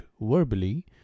verbally